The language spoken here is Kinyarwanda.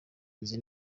nzi